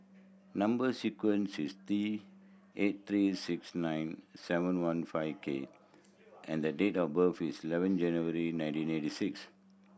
number sequence is T eight three six nine seven one five K and the date of birth is eleven January nineteen eighty six